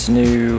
new